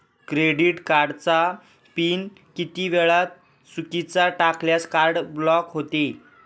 Credit कार्डचा PIN किती वेळा चुकीचा टाकल्यास कार्ड ब्लॉक होते?